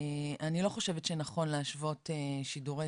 אני לא חושבת שנכון להשוות שידורי